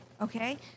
okay